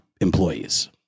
employees